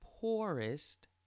poorest